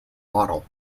model